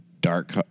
dark